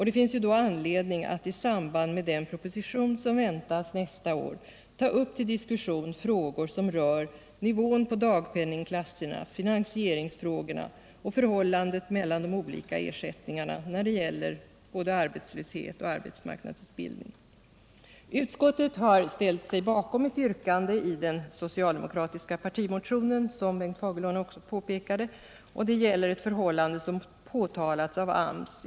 Det finns ju då anledning att i samband med den proposition som väntas nästa år ta upp till diskussion frågor som rör nivån på dagpenningklasserna, finansieringsfrågorna och förhållandet mellan de olika ersättningarna när det gäller både arbetslöshet och arbetsmarknadsutbildning. Utskottet har ställt sig bakom ett yrkande i den socialdemokratiska partimotionen såsom herr Fagerlund påpekade, och det gäller ett förhållande som påtalats av AMS.